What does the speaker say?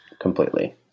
completely